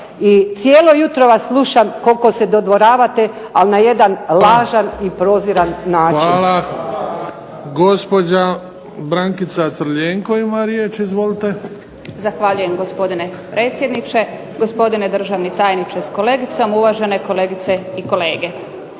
cijelo jutro vas slušam koliko se dodvoravate, ali na jedan lažan i proziran način. **Bebić, Luka (HDZ)** Hvala. Gospođa Brankica Crljenko ima riječ. Izvolite. **Crljenko, Brankica (SDP)** Zahvaljujem gospodine predsjedniče, gospodine državni tajniče sa kolegicom, uvažene kolegice i kolege.